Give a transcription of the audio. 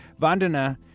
Vandana